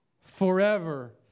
forever